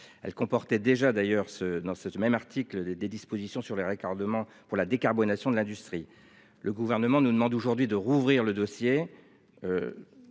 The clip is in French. Elle comportait déjà d'ailleurs ce dans ce même article, des, des dispositions sur les leur car demain pour la décarbonation de l'industrie. Le gouvernement nous demande aujourd'hui de rouvrir le dossier.